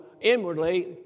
inwardly